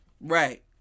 right